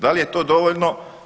Da li je to dovoljno?